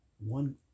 one